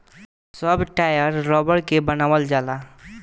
सब टायर रबड़ के बनावल जाला